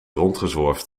rondgezworven